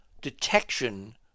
detection